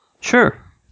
Sure